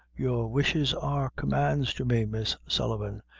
your wishes are commands to me, miss sullivan,